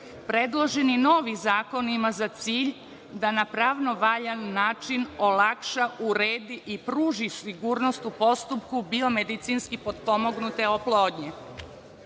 predloženi novi zakon ima za cilj da na pravno valjan način olakša, uredi i pruži sigurnost u postupku biomedicinski potpomognute oplodnje. Predlog